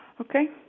Okay